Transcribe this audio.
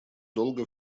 долга